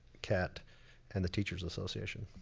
cat and the teachers' association.